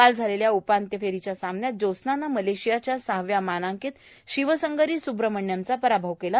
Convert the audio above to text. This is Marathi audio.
काल झालेल्या उपान्त्य सामन्यात ज्योत्स्नानं मलेशियाच्या सहाव्या मानांकित शिवसंगरी सुद्रमण्यमचा पराभव केला